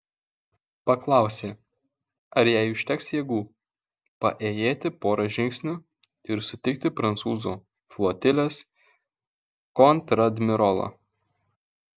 paklausė ar jai užteks jėgų paėjėti porą žingsnių ir sutikti prancūzų flotilės kontradmirolą